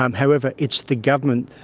um however it's the government,